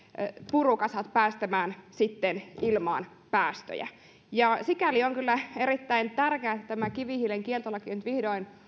purukasat jäävät päästämään sinne ilmaan päästöjä sikäli on kyllä erittäin tärkeää että tämä kivihiilenkieltolaki on nyt vihdoin